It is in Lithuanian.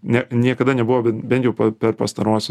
ne niekada nebuvo ben bent jau per pastaruosius